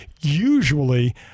usually